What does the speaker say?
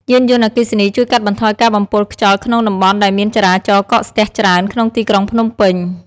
យានយន្តអគ្គីសនីជួយកាត់បន្ថយការបំពុលខ្យល់ក្នុងតំបន់ដែលមានចរាចរណ៍កកស្ទះច្រើន ក្នុងទីក្រុងភ្នំពេញ។